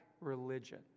religion